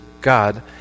god